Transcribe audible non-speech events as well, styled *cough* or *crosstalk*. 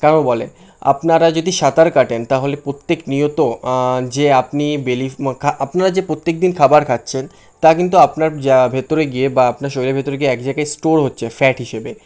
কারণ বলে আপনারা যদি সাঁতার কাটেন তাহলে প্রত্যেক নিয়ত যে আপনি ডেইলি *unintelligible* আপনারা যে প্রত্যেক দিন খাবার খাচ্ছেন তা কিন্তু আপনার যা ভেতরে গিয়ে বা আপনার শরীরের ভেতরে গিয়ে এক জায়গায় স্টোর হচ্ছে ফ্যাট হিসেবে